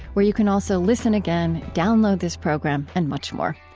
where you can also listen again, download this program, and much more.